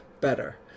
better